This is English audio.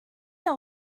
they